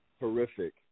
horrific